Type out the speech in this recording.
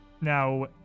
Now